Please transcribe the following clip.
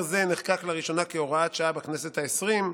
הסדר זה נחקק לראשונה כהוראת שעה בכנסת העשרים,